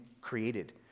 created